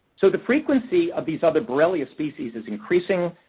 so, the frequency of these other borrelia species is increasing.